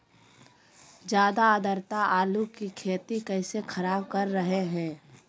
ज्यादा आद्रता आलू की खेती कैसे खराब कर रहे हैं?